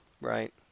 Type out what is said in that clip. Right